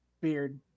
beard